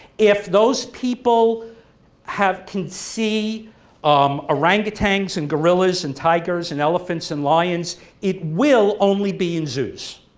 if those people have can see um orangutangs and gorillas and tigers and elephants and lions it will only be in zoos.